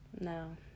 No